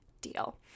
deal